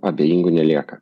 abejingų nelieka